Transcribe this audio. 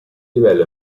livello